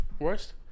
worst